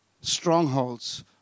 strongholds